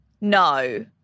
no